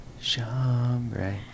Chambray